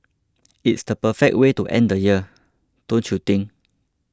it's the perfect way to end the year don't you think